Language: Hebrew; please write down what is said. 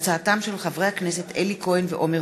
של חברי הכנסת אלי כהן ועמר